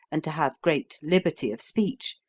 and to have great liberty of speech,